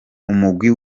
umugwi